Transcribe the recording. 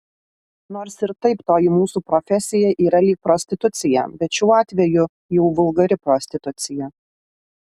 nors ir taip toji mūsų profesija yra lyg prostitucija bet šiuo atveju jau vulgari prostitucija